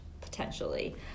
potentially